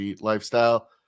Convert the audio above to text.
lifestyle